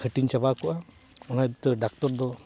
ᱦᱟᱹᱴᱤᱧ ᱪᱟᱵᱟ ᱠᱚᱜᱼᱟ ᱚᱱᱟᱫᱚ ᱰᱟᱠᱛᱚᱨ ᱫᱚ